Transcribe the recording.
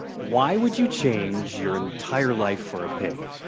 why would you change your entire life for a pig?